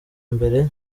mbere